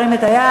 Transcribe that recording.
שירים את היד,